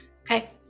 Okay